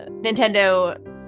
Nintendo